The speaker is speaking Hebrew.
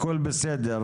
הכול בסדר.